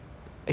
ya